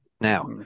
now